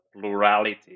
plurality